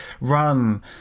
run